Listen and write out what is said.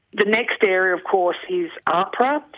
the next area of course is ahpra,